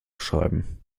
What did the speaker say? schreiben